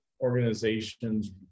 organization's